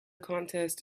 contest